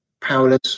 powerless